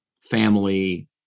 family